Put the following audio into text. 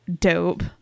dope